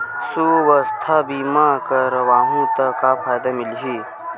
सुवास्थ बीमा करवाहू त का फ़ायदा मिलही?